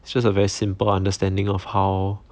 it's just a very simple understanding of how